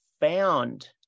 found